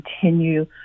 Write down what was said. continue